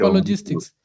logistics